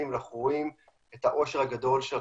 ואנחנו רואים את העושר הגדול של הטכנולוגיות,